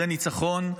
זה ניצחון,